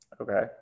Okay